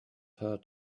heard